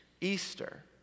Easter